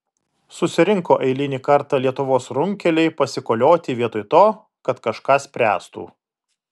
susirinko eilinį kartą lietuvos runkeliai pasikolioti vietoj to kad kažką spręstų